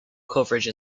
coverage